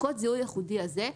קוד הזיהוי הייחודי הזה,